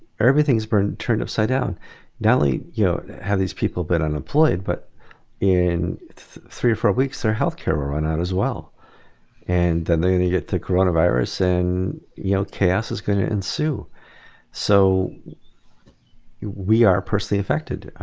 everything's been turned upside down not only you know have these people been unemployed, but in three or four weeks their health care will run out as well and and they're gonna get the coronavirus and you know chaos is going to ensue so we are personally affected.